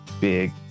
big